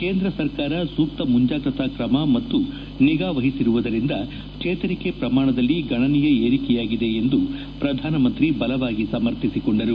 ಕೇಂದ್ರ ಸರ್ಕಾರ ಸೂಕ್ತ ಮುಂಜಾಗ್ರತಾ ಕ್ರಮ ಹಾಗೂ ನಿಗಾ ವಹಿಸಿರುವುದರಿಂದ ಚೇತರಿಕೆ ಪ್ರಮಾಣದಲ್ಲಿ ಗಣನೀಯ ಏರಿಕೆಯಾಗಿದೆ ಎಂದು ಪ್ರಧಾನಮಂತ್ರಿ ಬಲವಾಗಿ ಸಮರ್ಥಿಸಿಕೊಂಡರು